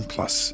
Plus